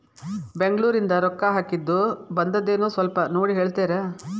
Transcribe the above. ಬೆಂಗ್ಳೂರಿಂದ ರೊಕ್ಕ ಹಾಕ್ಕಿದ್ದು ಬಂದದೇನೊ ಸ್ವಲ್ಪ ನೋಡಿ ಹೇಳ್ತೇರ?